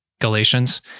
Galatians